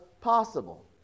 possible